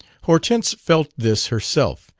hortense felt this herself.